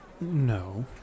no